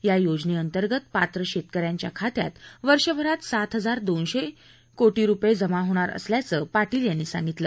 या योजनंतर्गत पात्र शेतकऱ्यांच्या खात्यात वर्षभरात सात हजार दोनशे कोटी रुपये जमा होणार असल्याचं पाटील यांनी सांगितलं